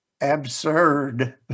absurd